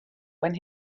when